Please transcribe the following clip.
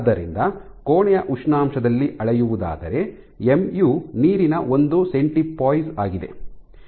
ಆದ್ದರಿಂದ ಕೋಣೆಯ ಉಷ್ಣಾಂಶದಲ್ಲಿ ಅಳೆಯುವುದಾದರೆ ಎಂಯು ನೀರಿನ ಒಂದು ಸೆಂಟಿಪೋಯಿಸ್ ಆಗಿದೆ